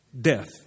Death